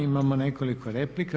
Imamo nekoliko replika.